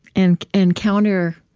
and and counterintuitive,